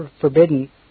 forbidden